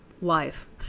life